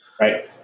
Right